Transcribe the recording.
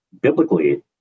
Biblically